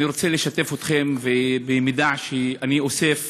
אני רוצה לשתף אתכם במידע שאני אוסף